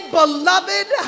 beloved